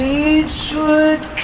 Beachwood